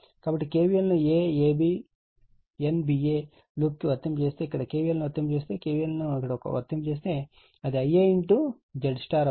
కాబట్టి KVL ను aABNba loop కు వర్తింపజేస్తే ఇక్కడ KVL ను వర్తింపజేస్తే KVL ను ఇక్కడ వర్తింపజేస్తే అది Ia ZY అవుతుంది